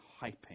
hyping